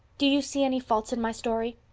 do you see any faults in my story?